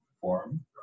form